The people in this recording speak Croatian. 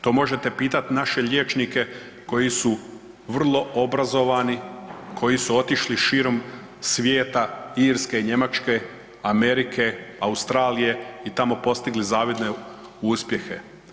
To možete pitat naše liječnike koji su vrlo obrazovani, koji su otišli širom svijeta, Irske, Njemačke, Amerike, Australije i tamo postigli zavidne uspjehe.